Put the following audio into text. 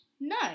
No